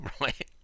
right